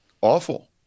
Awful